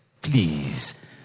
please